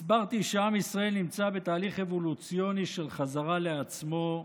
הסברתי שעם ישראל נמצא בתהליך אבולוציוני של חזרה לעצמו,